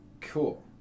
cool